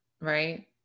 right